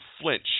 flinch